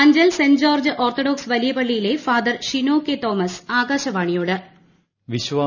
Anchal saint George Orthodox വലിയപള്ളിയിലെ father Shino K Thomas ആകാശവാണിയോട്